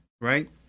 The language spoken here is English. right